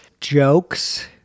jokes